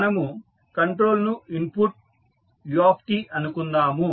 మనము కంట్రోల్ ను input u అనుకుందాము